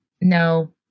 No